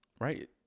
right